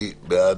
מי בעד?